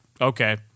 Okay